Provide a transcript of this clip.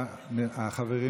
החברים